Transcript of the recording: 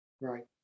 right